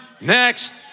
next